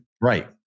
right